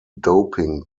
doping